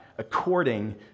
according